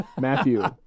Matthew